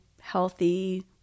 healthy